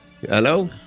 Hello